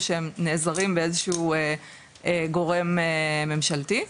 או שהם נעזרים באיזשהו גורם ממשלתי.